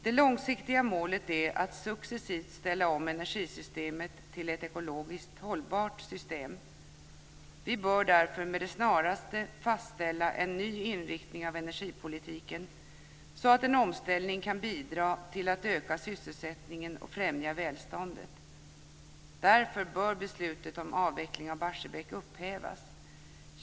Det långsiktiga målet är att successivt ställa om energisystemet till ett ekologiskt hållbart system. Vi bör därför med det snaraste fastställa en ny inriktning av energipolitiken så att en omställning kan bidra till att öka sysselsättningen och främja välståndet. Därför bör beslutet om avveckling av Barsebäck upphävas.